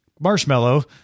Marshmallow